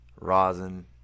rosin